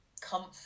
comfort